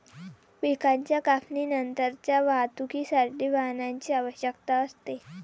पिकाच्या कापणीनंतरच्या वाहतुकीसाठी वाहनाची आवश्यकता असते